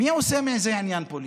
מי עושה מזה עניין פוליטי?